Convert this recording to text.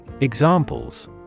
Examples